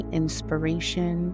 inspiration